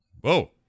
Whoa